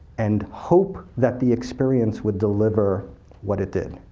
and hope that the experience would deliver what it did.